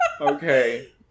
Okay